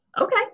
Okay